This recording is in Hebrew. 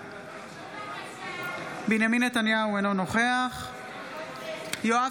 בעד בנימין נתניהו, אינו נוכח יואב